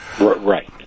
Right